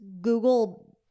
Google